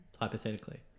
hypothetically